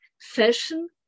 fashion